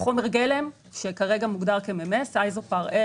בחומר גלם שכרגע מוגדר כממס - Isopar L,